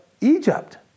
Egypt